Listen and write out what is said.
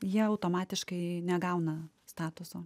jie automatiškai negauna statuso